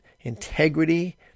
integrity